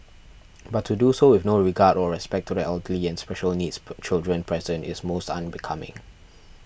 but to do so with no regard or respect to the elderly and special needs children present is most unbecoming